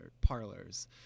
parlors